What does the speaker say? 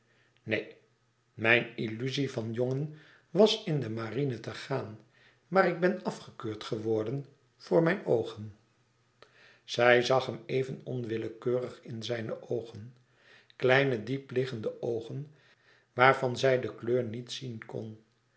neen mijn illuzie van jongen was in de marine te gaan maar ik ben afgekeurd geworden voor mijn oogen zij zag hem even onwillekeurig in zijne oogen kleine diep liggende oogen waarvan zij de kleur niet zien kon